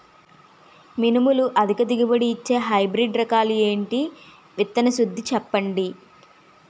మినుములు అధిక దిగుబడి ఇచ్చే హైబ్రిడ్ రకాలు ఏంటి? విత్తన శుద్ధి చెప్పండి?